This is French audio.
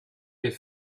est